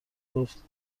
گفت